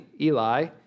Eli